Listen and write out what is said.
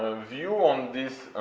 view on this,